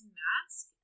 mask